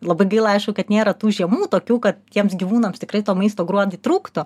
labai gaila aišku kad nėra tų žiemų tokių kad tiems gyvūnams tikrai to maisto gruodį trūktų